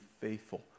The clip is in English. faithful